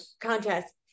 contest